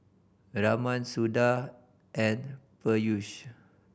Raman Suda and Peyush